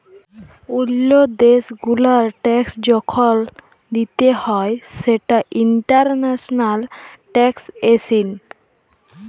ওল্লো দ্যাশ গুলার ট্যাক্স যখল দিতে হ্যয় সেটা ইন্টারন্যাশনাল ট্যাক্সএশিন